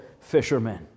fishermen